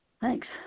Thanks